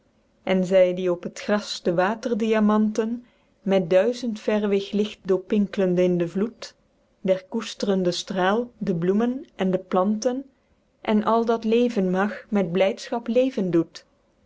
en zy die op het gras de waterdiamanten met duizendverwig licht doorpinklende in den vloed der koesterende strael de bloemen ende planten en al dat leven mag met blydschap leven doet